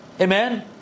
Amen